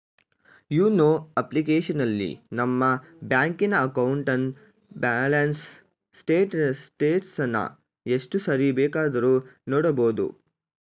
YONO ಅಪ್ಲಿಕೇಶನಲ್ಲಿ ನಮ್ಮ ಬ್ಯಾಂಕಿನ ಅಕೌಂಟ್ನ ಬ್ಯಾಲೆನ್ಸ್ ಸ್ಟೇಟಸನ್ನ ಎಷ್ಟು ಸಾರಿ ಬೇಕಾದ್ರೂ ನೋಡಬೋದು